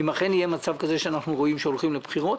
אם אכן יהיה מצב כזה שאנחנו רואים שהולכים לבחירות,